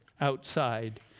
outside